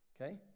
okay